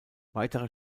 weitere